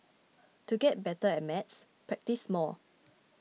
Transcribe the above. to get better at maths practise more